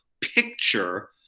picture